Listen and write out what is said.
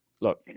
look